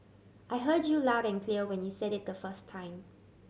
I heard you loud and clear when you said it the first time